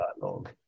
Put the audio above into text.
dialogue